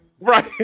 Right